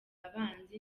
abanzi